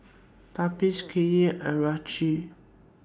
Tobias Kiya and Richie